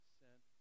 sent